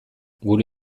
gure